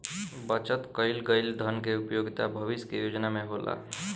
बचत कईल गईल धन के उपयोगिता भविष्य के योजना में होला